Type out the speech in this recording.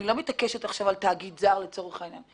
אני לא מתעקשת עכשיו על תאגיד זר לצורך העניין.